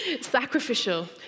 Sacrificial